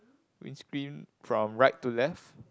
we spin from right to left